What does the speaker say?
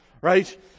Right